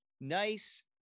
nice